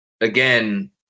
again